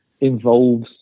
involves